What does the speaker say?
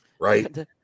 right